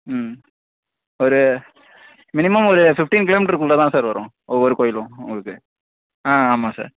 ம் ஒரு மினிமம் ஒரு ஃபிஃப்டீன் கிலோமீட்டர்குள்ளே தான் சார் வரும் ஒவ்வொரு கோயிலும் உங்களுக்கு ஆ ஆமாம் சார்